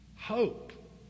hope